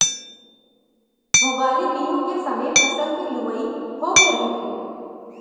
भोगाली बिहू के समे फसल के लुवई होगे रहिथे